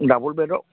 double বেডৰ